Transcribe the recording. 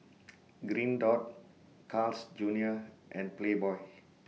Green Dot Carl's Junior and Playboy